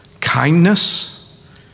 kindness